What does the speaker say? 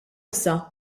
issa